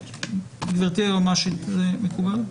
גברתי היועצת המשפטית, זה מקובל?